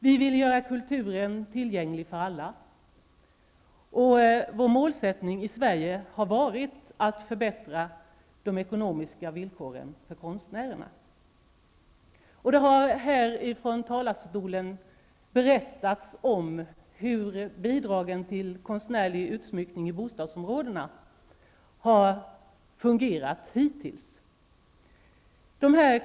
Vi ville göra kulturen tillgänglig för alla, och vår målsättning i Sverige har varit att förbättra de ekonomiska villkoren för konstnärerna. Det har från talarstolen berättats om hur bidragen till konstnärlig utsmyckning i bostadsområdena har fungerat hittills.